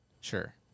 Sure